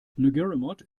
ngerulmud